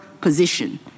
position